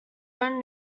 own